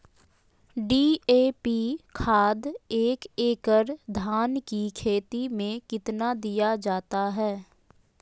DAP खाद एक एकड़ धान की खेती में कितना दीया जाता है?